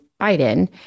Biden